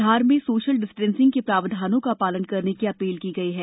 धार में social distancing के प्रावधानों का पालन करने की अपील की गई है